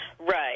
Right